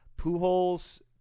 Pujols